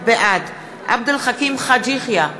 בעד עבד אל חכים חאג' יחיא,